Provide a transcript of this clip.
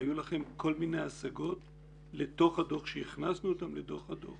היו לכם כל מיני השגות שהכנסנו אותן לתוך הדוח